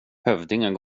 hövdingen